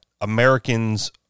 Americans